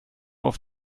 auf